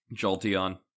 Jolteon